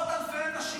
זה עשרות אלפי אנשים,